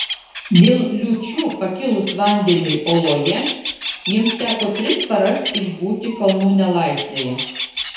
dėl liūčių pakilus vandeniui oloje jiems teko tris paras išbūti kalnų nelaisvėje